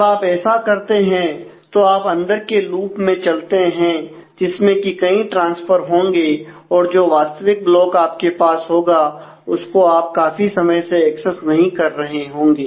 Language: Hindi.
जब आप ऐसा करते हैं तो आप अंदर के लूप में चलते हैं जिसमें की कई ट्रांसफर होंगे और जो वास्तविक ब्लॉक आपके पास होगा उसको आप काफी समय से एक्सेस नहीं कर रहे होंगे